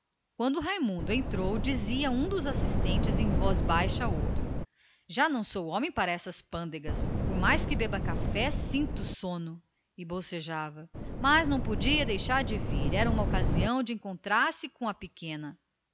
quando raimundo entrou confidenciava um deles ao vizinho já não sou homem para estas coisas não posso perder uma noite por mais que beba café sinto sono porém não podia deixar de vir era uma ocasião de encontrar me com a pequena